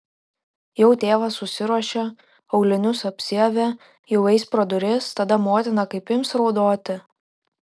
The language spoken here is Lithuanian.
jau tėvas susiruošė aulinius apsiavė jau eis pro duris tada motina kaip ims raudoti